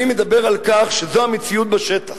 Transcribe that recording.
אני מדבר על כך שזו המציאות בשטח.